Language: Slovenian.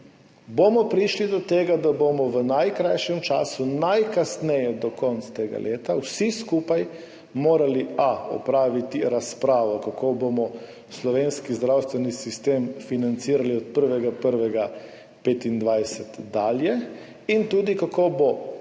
bomo prišli do tega, da bomo v najkrajšem času, najkasneje do konca tega leta, vsi skupaj morali opraviti razpravo, kako bomo slovenski zdravstveni sistem financirali od 1. 1. 2025 dalje in tudi kako bo